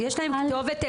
יש להם כתובת?